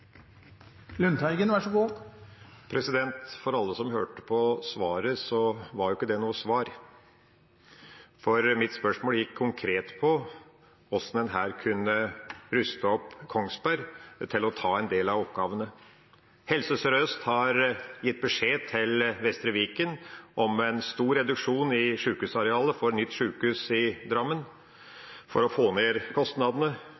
For alle som hørte på svaret, var det ikke noe svar. Mitt spørsmål gikk konkret på hvordan man her kunne ha rustet opp Kongsberg sykehus til å ta en del av oppgavene. Helse Sør-Øst har gitt beskjed til Vestre Viken om en stor reduksjon i sykehusarealet for nytt sykehus i Drammen for å få ned kostnadene.